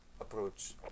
approach